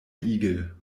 igel